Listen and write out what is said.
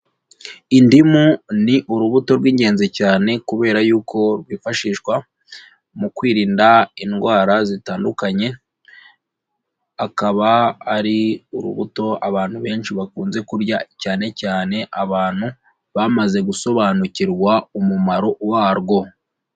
Indimu ni urubuto rw'ingenzi cyane kubera y'uko rwifashishwa mu kwirinda indwara zitandukanye akaba ari urubuto abantu benshi bakunze kurya cyane cyane abantu bamaze gusobanukirwa umumaro warwo.